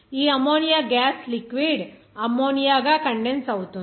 ఈ ammonia gas liquid ammonia గా condense అవుతుంది